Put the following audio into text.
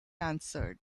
answered